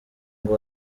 ngo